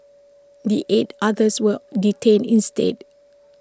the eight others were detained instead